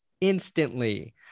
instantly